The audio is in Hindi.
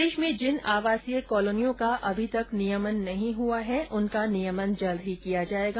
प्रदेश में जिन आवासीय कॉलोनियों का अभी तक नियमन नहीं हुआ है उनका नियमन जल्द ही किया जाएगा